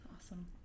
Awesome